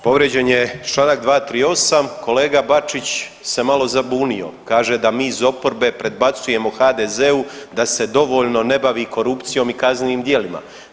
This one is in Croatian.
Povrijeđen je Članak 238., kolega Bačić se malo zabunio kaže da mi iz oporbe predbacujemo HDZ-u da se dovoljno ne bavi korupcijom i kaznenim djelima.